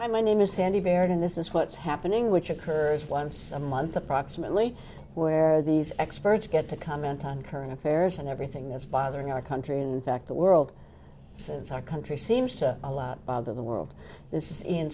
hi my name is sandy baird and this is what's happening which occurs once a month approximately where these experts get to comment on current affairs and everything that's bothering our country and in fact the world since our country seems to a lot of the world this i